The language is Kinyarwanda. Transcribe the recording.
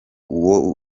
uwo